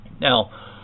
Now